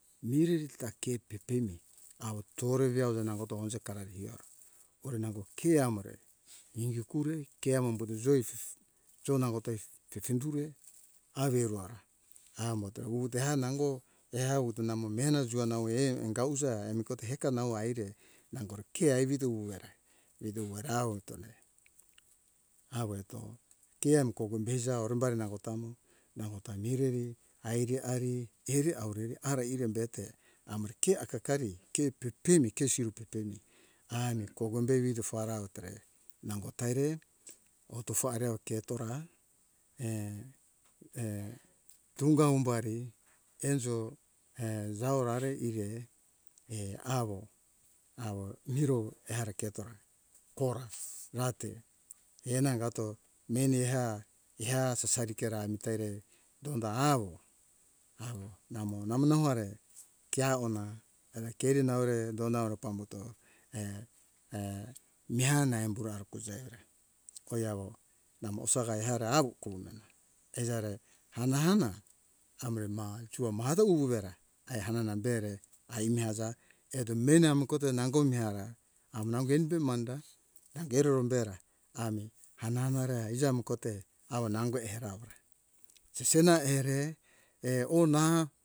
Mireri ta ke pepemi awo tore veore nangoto onjeka rari iora ore nango ke amore ingi kure ke amo umbuto joi jo nangote pepeture are iru ora amota wuwute eha nango eha uto namo mehena juana uhe anga uja emikote heka nau eire nangore keai ivito uera ivito uera awo tore awo eto ke awo kogom beuza arumbari nango ta mi nango ta mireri aige ari eri aurere ara ire bete amore ke akakari ke pepemi ke siru pepemi ami kogombe wijafara err nangotare otofare oketora err err tunga umbari enjo err jawo rare ire err awo awo miro ehare ketora kora rate enangato meni eha eha sasari kera amita eire donda awo awo namo namo namo eare keawona ra keri naure donda auro pambuto err err mihana embo arikuza evira oi awo namo osaga ehara awu kona ezare hana hana amere ma jua maha da uwera ae hanana be re ai mehaza eto meni amokote nango mehara av nango ani da manda nango eroro bera ami ah namore eiza mu kote awo nango era aura sisena ere err ona